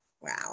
Wow